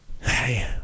Hey